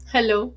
Hello